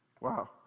wow